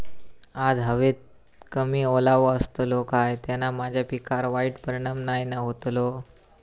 आज हवेत कमी ओलावो असतलो काय त्याना माझ्या पिकावर वाईट परिणाम नाय ना व्हतलो?